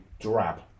drab